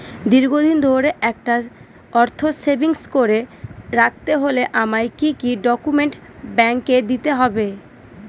দীর্ঘদিন ধরে একটা অর্থ সেভিংস করে রাখতে হলে আমায় কি কি ডক্যুমেন্ট ব্যাংকে দিতে হবে?